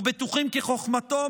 ובטוחים כי חוכמתו,